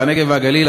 הנגב והגליל,